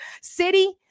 city